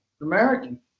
American